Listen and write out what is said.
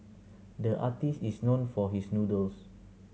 the artist is known for his noodles